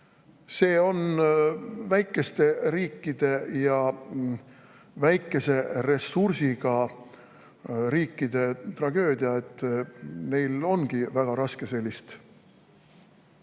See on väikeste riikide ja väikese ressursiga riikide tragöödia, et neil ongi väga raske sellist